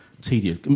tedious